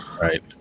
right